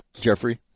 Jeffrey